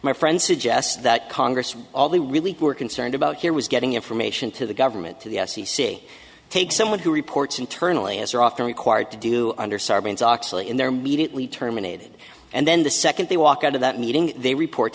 my friend suggests that congress all they really were concerned about here was getting information to the government to the f c c take someone who reports internally as are often required to do under sarbanes oxley in their meeting we terminated and then the second they walk out of that meeting they report